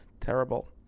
terrible